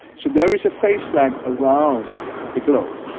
so there is a phase lag around the globe.